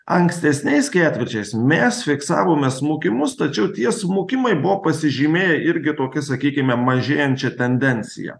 ankstesniais ketvirčiais mes fiksavome smukimus tačiau tie smukimai buvo pasižymėję irgi tokia sakykime mažėjančia tendencija